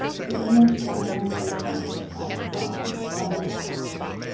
but the image down here is what it's going to look like on a mobile device.